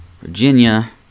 Virginia